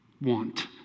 want